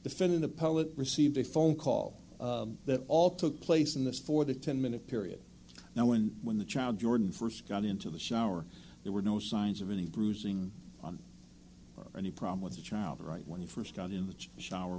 defendant a poet received a phone call that all took place in this for the ten minute period now and when the child jordan first got into the shower there were no signs of any bruising on or any problem with the child right when he first got in the shower